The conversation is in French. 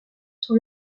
sur